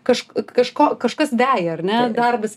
kažk kažko kažkas veja ar ne darbas